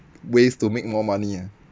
ways to make more money ah